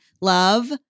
love